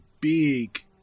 big